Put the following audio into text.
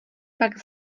pak